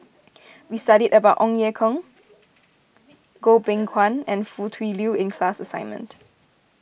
we studied about Ong Ye Kung Goh Beng Kwan and Foo Tui Liew in the class assignment